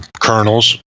kernels